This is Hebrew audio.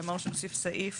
ואמרנו שנוסיף סעיף